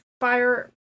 Fire